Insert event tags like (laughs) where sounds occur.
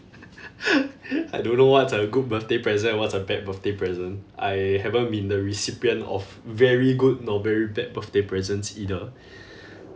(laughs) I don't know what's a good birthday present and what's a bad birthday present I haven't been the recipient of very good nor very bad birthday presents either (breath)